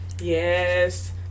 Yes